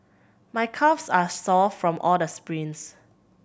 my calves are sore from all the sprints